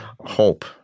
hope